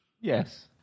Yes